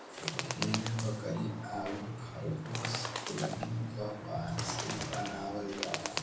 भेड़ बकरी आउर खरगोस कुलहीन क बाल से बनावल जाला